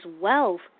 wealth